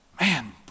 man